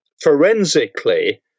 forensically